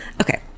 Okay